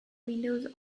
windows